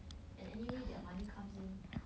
and anyway their money comes in